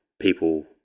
people